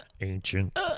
ancient